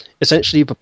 Essentially